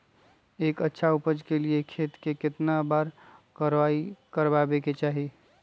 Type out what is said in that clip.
एक अच्छा उपज के लिए खेत के केतना बार कओराई करबआबे के चाहि?